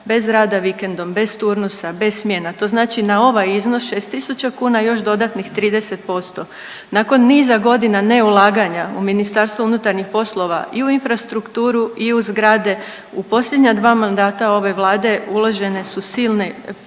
bez rada vikendom, bez turnusa, bez smjena. To znači na ovaj iznos 6.000 kuna još dodatnih 30%. Nakon niza godina neulaganja u MUP i u infrastrukturu i u zgrade u posljednja dva mandata ove Vlade uložene su silne, silni